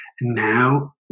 Now